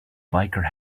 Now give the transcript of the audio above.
biker